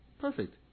perfect